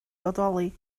bodoli